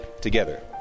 together